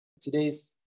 Today's